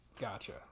Gotcha